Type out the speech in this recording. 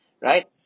right